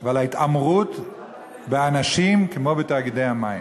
ועל ההתעמרות באנשים, כמו בתאגידי המים.